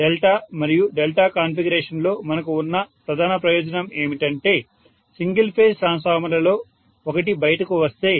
delta మరియు delta configuration లో మనకు ఉన్న ఒక ప్రధాన ప్రయోజనం ఏమిటంటే సింగిల్ ఫేజ్ ట్రాన్స్ఫార్మర్లలో ఒకటి బయటకు వస్తే